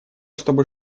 чтобы